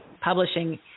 Publishing